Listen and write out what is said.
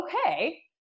okay